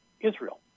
Israel